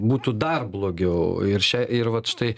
būtų dar blogiau ir še ir vat štai